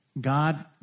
God